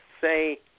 say